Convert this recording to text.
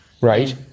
Right